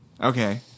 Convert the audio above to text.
Okay